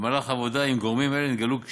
במהלך העבודה עם גורמים אלה נתגלו כשלים,